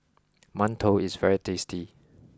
Mantou is very tasty